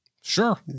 Sure